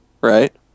right